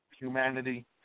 humanity